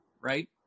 Right